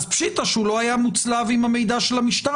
פשיטא שהוא לא היה מוצלב עם המידע של המשטרה,